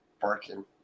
barking